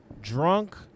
drunk